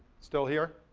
still hear,